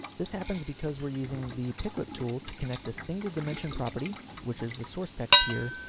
this happens because we're using the pick whip tool to connect a single-dimension property, which is the source text here,